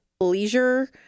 leisure